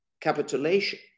capitulation